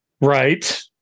Right